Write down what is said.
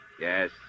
Yes